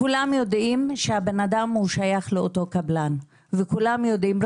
כולם יודעים שהבנאדם הוא שייך לאותו קבלן וכולם יודעים,